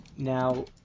Now